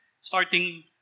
starting